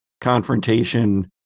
confrontation